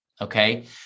Okay